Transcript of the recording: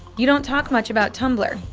you don't talk much about tumblr.